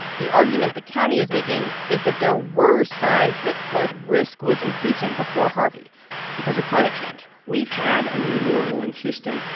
the argument the county is making is that there were signs that flood risk was increasing before harvey because of climate change we've had a new normal in houston.